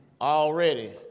already